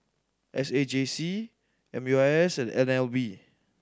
S A J C M U I S and N L B